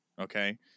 okay